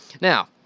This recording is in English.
Now